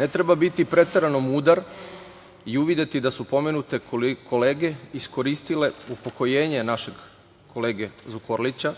Ne treba biti preterano mudar i uvideti da su pomenute kolege iskoristile upokojenje našeg kolege Zukorlića,